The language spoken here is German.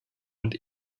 und